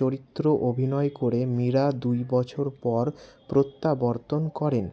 চরিত্র অভিনয় করে মীরা দুই বছর পর প্রত্যাবর্তন করেন